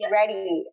ready